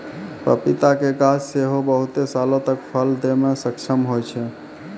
पपीता के गाछ सेहो बहुते सालो तक फल दै मे सक्षम होय छै